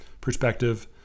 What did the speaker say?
perspective